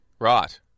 Right